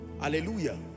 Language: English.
Hallelujah